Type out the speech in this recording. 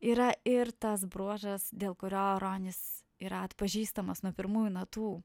yra ir tas bruožas dėl kurio ronis yra atpažįstamas nuo pirmųjų natų